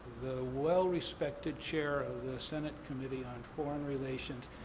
well-respected chair of the senate committee on foreign relations,